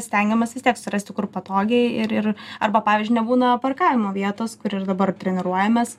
stengiamės vis tiek surasti kur patogiai ir ir arba pavyzdžiui nebūna parkavimo vietos kur ir dabar treniruojamės